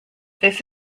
this